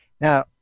Now